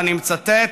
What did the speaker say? ואני מצטט: